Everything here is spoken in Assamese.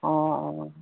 অঁ অঁ